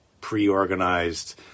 pre-organized